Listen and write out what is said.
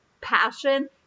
passion